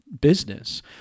business